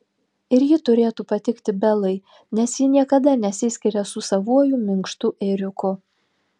ir ji turėtų patikti belai nes ji niekada nesiskiria su savuoju minkštu ėriuku